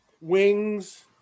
wings